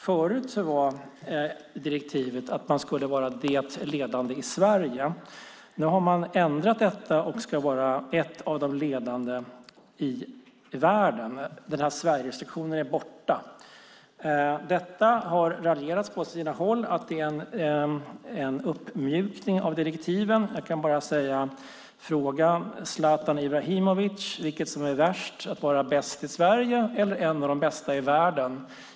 Förut var direktivet att Vattenfall skulle vara det ledande bolaget i Sverige. Nu har man ändrat detta, och Vattenfall ska vara ett av de ledande bolagen i världen. Sverigerestriktionen är borta. Detta har man raljerat med på sina håll, och man har sagt att det är en uppmjukning av direktiven. Jag kan bara säga: Fråga Zlatan Ibrahimovic vilket som är värst - att vara bäst i Sverige eller en av de bästa i världen!